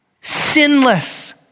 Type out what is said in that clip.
sinless